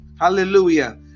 hallelujah